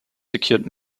secured